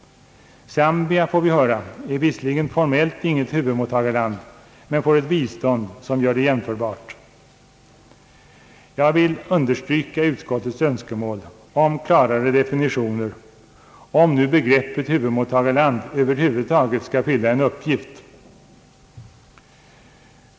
Zambia, får vi höra, är visserligen formellt inget huvudmottagarland, men får ett bistånd som gör det jämförbart. Jag vill understryka utskottets önskemål om klarare definitioner, om nu begreppet huvudmottagarland över huvud taget skall fylla en uppgift.